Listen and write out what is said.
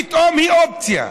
פתאום היא אופציה,